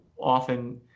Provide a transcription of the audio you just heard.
often